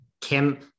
Kim